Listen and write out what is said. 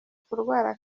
kurwara